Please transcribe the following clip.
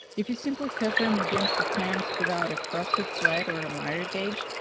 if you simply cut them against the fence without a cross-cut sled or a miter ah gauge,